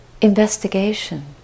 investigation